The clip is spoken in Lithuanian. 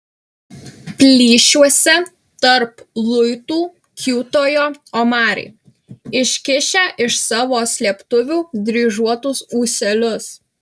plyšiuose tarp luitų kiūtojo omarai iškišę iš savo slėptuvių dryžuotus ūselius